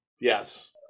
yes